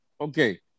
Okay